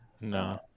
no